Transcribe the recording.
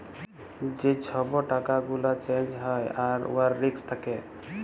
যে ছব টাকা গুলা চ্যাঞ্জ হ্যয় আর উয়ার রিস্ক থ্যাকে